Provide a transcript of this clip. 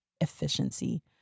efficiency